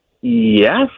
yes